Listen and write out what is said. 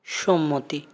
সম্মতি